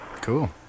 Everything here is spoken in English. Cool